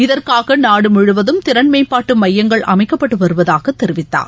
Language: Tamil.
இதற்காகநாடுமுழுவதும் திறன் மேம்பாட்டுமையங்கள் அமைக்கப்பட்டுவருவதாகதெரிவித்தார்